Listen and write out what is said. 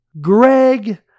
Greg